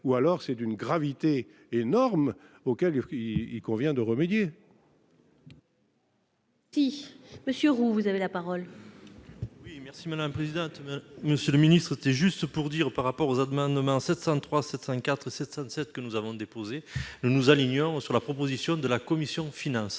ou alors c'est d'une gravité énorme auxquelles il qui il convient de remédier. Monsieur Roux, vous avez la parole. Merci madame présidente, monsieur le Ministre, c'était juste pour dire, par rapport aux demain demain 703 7 5 4 c'est ça c'est ce que nous avons déposés nous nous alignons sur la proposition de la commission finances.